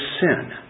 sin